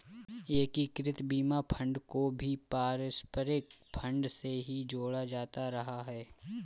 एकीकृत बीमा फंड को भी पारस्परिक फंड से ही जोड़ा जाता रहा है